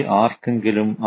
arkangilum